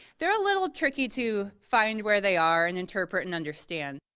they're a little tricky to find where they are and interpret and understand.